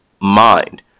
mind